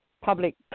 public